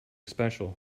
special